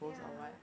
yeah